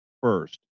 first